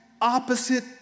opposite